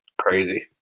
crazy